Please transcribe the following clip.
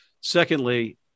secondly